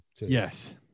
Yes